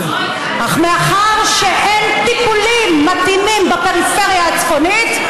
אך מאחר שאין טיפולים מתאימים בפריפריה הצפונית,